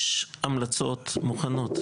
יש המלצות מוכנות.